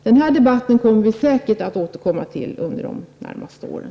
Den här debatten kommer vi säkert att återkomma till under de närmaste åren.